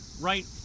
right